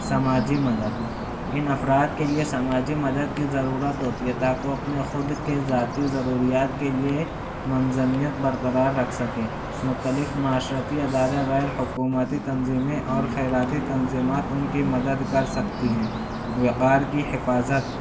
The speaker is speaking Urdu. سماجی مدد ان افراد کے لیے سماجی مدد کی ضرورت ہوتی ہے تاکہ وہ اپنے خود کے ذاتی ضروریات کے لیے منظمیت برقرار رکھ سکے مختلف معاشرتی ادارہ غیر حکومتی تنظیمیں اور خیراتی تنظیمات ان کی مدد کر سکتی ہیں وقار کی حفاظت